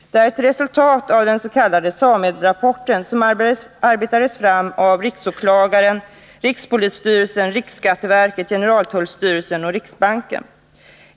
Detta är ett resultat av den s.k. SAMEB-rapporten som arbetades fram av riksåklagaren, rikspolisstyrelsen, riksskatteverket, generaltullstyrelsen och riksbanken.